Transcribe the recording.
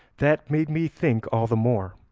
that made me think all the more,